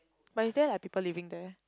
but is there like people living there